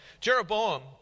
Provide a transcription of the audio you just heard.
Jeroboam